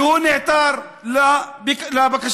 והוא נעתר לבקשתי.